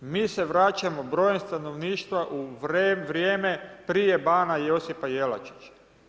Mi se vraćamo brojem stanovništva u vrijeme prije bana Josipa Jelačića.